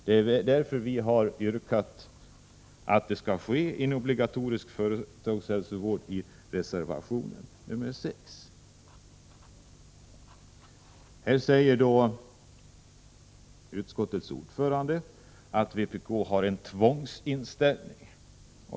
Det är därför vi har yrkat på en obligatorisk företagshälsovård i reservation 6. Här säger utskottets ordförande att vpk har en tvångsinställning.